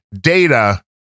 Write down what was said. data